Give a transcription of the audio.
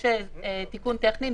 יש תיקון טכני.